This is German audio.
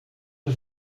der